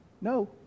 No